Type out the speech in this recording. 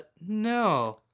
no